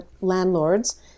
landlords